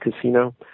Casino